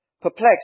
perplexed